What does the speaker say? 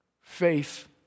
faith